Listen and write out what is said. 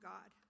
God